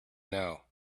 know